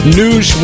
news